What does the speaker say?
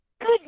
Good